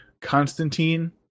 Constantine